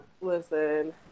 Listen